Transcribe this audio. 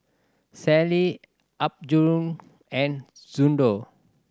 Sealy Apgujeong and Xndo